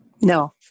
No